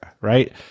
right